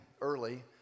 early